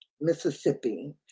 Mississippi